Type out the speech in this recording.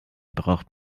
braucht